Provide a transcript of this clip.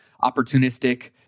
opportunistic